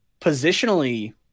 positionally